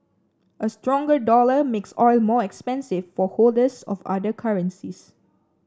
a stronger dollar makes oil more expensive for holders of other currencies